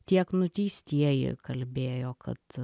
tiek nuteistieji kalbėjo kad